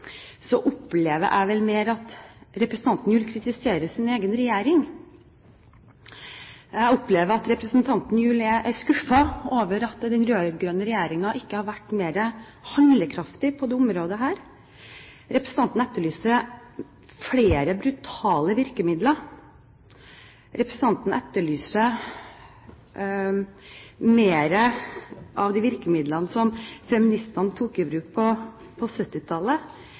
Jeg opplever mer at representanten Gjul kritiserer sin egen regjering. Jeg opplever at representanten Gjul er skuffet over at den rød-grønne regjeringen ikke har vært mer handlekraftig på dette området. Representanten etterlyser flere brutale virkemidler. Representanten etterlyser mer av de virkemidlene som feministene tok i bruk på